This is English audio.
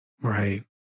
Right